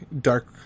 Dark